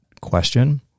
question